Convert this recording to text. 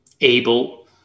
able